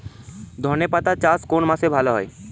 ধনেপাতার চাষ কোন মাসে ভালো হয়?